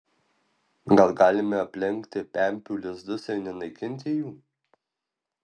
gal galime aplenkti pempių lizdus ir nenaikinti jų